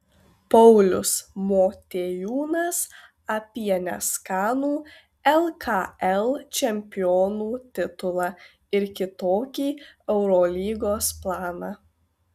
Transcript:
paulius motiejūnas apie neskanų lkl čempionų titulą ir kitokį eurolygos planą